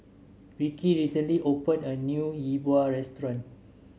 Rikki recently opened a new Yi Bua Restaurant